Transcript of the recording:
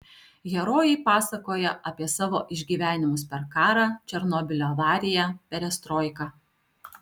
herojai pasakoja apie savo išgyvenimus per karą černobylio avariją perestroiką